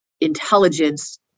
intelligence